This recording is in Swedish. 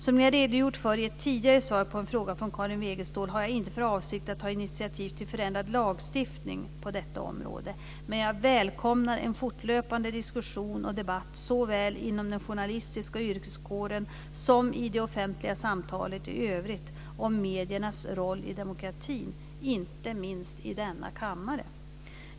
Som jag redogjort för i ett tidigare svar på en fråga från Karin Wegestål har jag inte för avsikt att ta initiativ till förändrad lagstiftning på detta område. Men jag välkomnar en fortlöpande diskussion och debatt såväl inom den journalistiska yrkeskåren som i det offentliga samtalet i övrigt om mediernas roll i demokratin, inte minst i denna kammare.